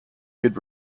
good